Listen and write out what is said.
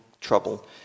trouble